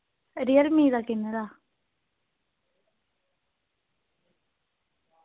real me दा किन्ने दा